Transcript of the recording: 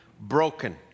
broken